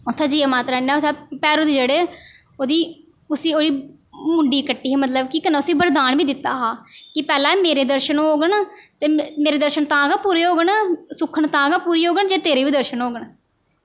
उत्थें जाइयै माता रानी ने उत्थै भैरो दी जेह्ड़ी ओह्दी उसी ओह्दी मुंडी कट्टी ही मतलब कि कन्नै उसी वरदान बी दित्ता हा कि पैह्लें मेरे दर्शन होङन ते मेरे दर्शन तां गै पूरे होङन सुक्खन तां गै पूरी होङन जे तेरे बी दर्शन होङन